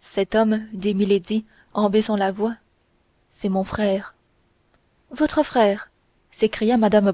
cet homme dit milady en baissant la voix c'est mon frère votre frère s'écria mme